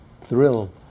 thrill